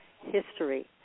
history